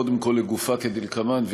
קודם כול לגופה כדלקמן,